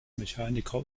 mechaniker